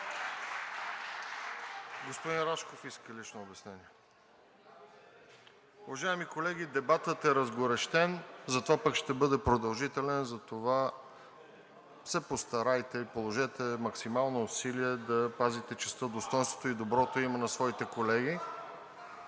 Господин Рашков иска лично обяснение. Уважаеми колеги, дебатът е разгорещен, но пък ще бъде продължителен и затова се постарайте и положете максимално усилие да пазите честта, достойнството и доброто име на своите колеги.